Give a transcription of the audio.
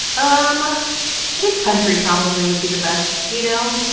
um i think country probably would be the best. you know,